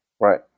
Right